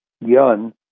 Yun